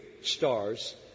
stars